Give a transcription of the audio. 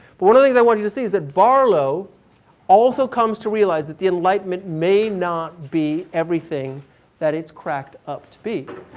but one of the things i wanted you to see is that barlow also comes to realize that the enlightenment may not be everything that it's cracked up to be.